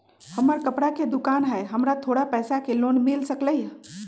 हमर कपड़ा के दुकान है हमरा थोड़ा पैसा के लोन मिल सकलई ह?